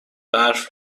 برف